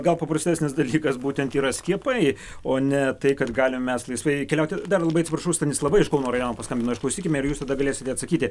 gal paprastesnis dalykas būtent yra skiepai o ne tai kad galim mes laisvai keliauti dar labai atsiprašau stanislava iš kauno rajono paskambino išklausykime ir jūs tada galėsite atsakyti